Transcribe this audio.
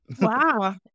Wow